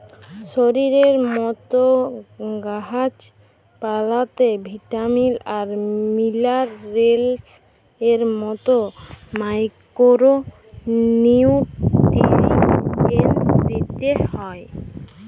শরীরের মত গাহাচ পালাল্লে ভিটামিল আর মিলারেলস এর মত মাইকোরো নিউটিরিএন্টস দিতে হ্যয়